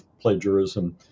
plagiarism